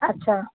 अच्छा अच्छा